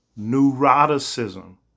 Neuroticism